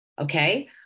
okay